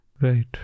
Right